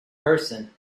person